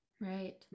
right